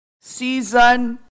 season